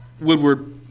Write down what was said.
Woodward